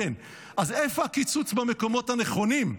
אז איפה הקיצוץ במקומות הנכונים?